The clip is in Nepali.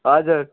हजुर